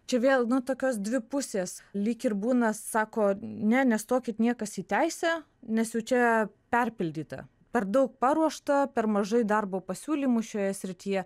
čia vėl na tokios dvi pusės lyg ir būna sako ne nestokit niekas į teisę nes jau čia perpildyta per daug paruošta per mažai darbo pasiūlymų šioje srityje